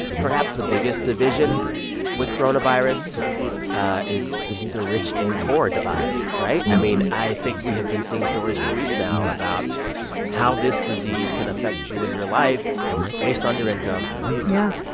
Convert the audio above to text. perhaps the biggest division with coronavirus is the rich and poor divide, right? i mean, i think we have been seeing stories for weeks now about how this disease can affect you and your life based on your income yeah.